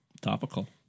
Topical